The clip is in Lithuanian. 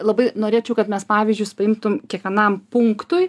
labai norėčiau kad mes pavyzdžius paimtum kiekvienam punktui